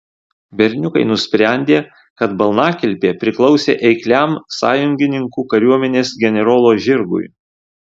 berniukai nusprendė kad balnakilpė priklausė eikliam sąjungininkų kariuomenės generolo žirgui